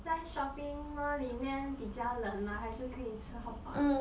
在 shopping mall 里面比较冷吗还是可以吃 hotpot 的